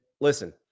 listen